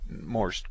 more